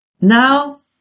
Now